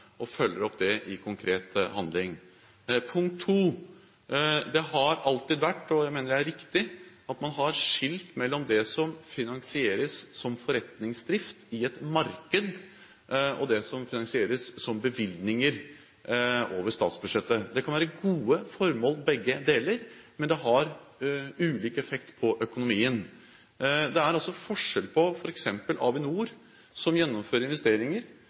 og dette følges opp i konkret handling. Punkt 2: Det har alltid vært slik– jeg mener det er riktig – at man har skilt mellom det som finansieres som forretningsdrift i et marked, og det som finansieres som bevilgninger over statsbudsjettet. Det kan være gode formål begge deler, men det har ulik effekt på økonomien. Det er altså forskjell på f.eks. Avinor, som gjennomfører investeringer,